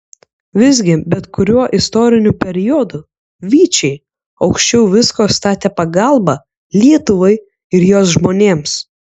visgi bet kuriuo istoriniu periodu vyčiai aukščiau visko statė pagalbą lietuvai ir jos žmonėms